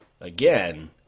again